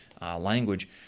language